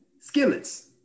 skillets